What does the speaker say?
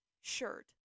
shirt